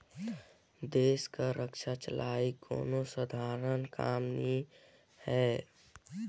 देस कर खरचा चलई कोनो सधारन काम नी हे